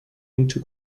into